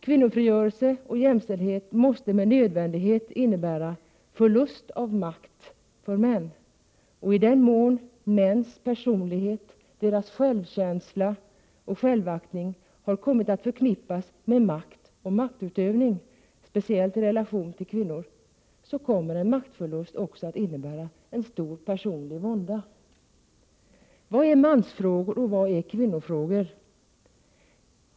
Kvinnofrigörelse och jämställdhet måste med nödvändighet innebära förlust av makt för män och i den mån mäns personlighet, deras självkänsla och självaktning har kommit att förknippas med makt och maktutövning, speciellt i relation till kvinnor, så kommer en maktförlust också att innebära en stor personlig vånda. Vad är mansfrågor och vad är kvinnofrågor?